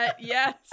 yes